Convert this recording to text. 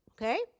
Okay